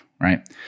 right